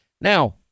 Now